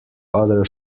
other